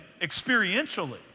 experientially